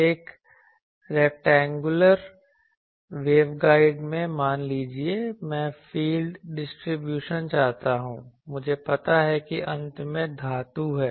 एक rectangular wave guide में मान लीजिए मैं फील्ड डिस्ट्रीब्यूशन चाहता हूं मुझे पता है कि अंत में धातु हैं